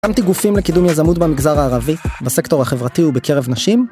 הקמתי גופים לקידום יזמות במגזר הערבי, בסקטור החברתי ובקרב נשים